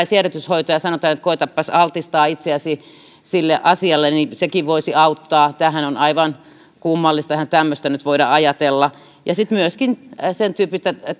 siedätyshoitoa ja sanotaan että koetapas altistaa itseäsi sille asialle niin sekin voisi auttaa tämähän on aivan kummallista eihän tämmöistä nyt voida ajatella sitten on myöskin sentyyppistä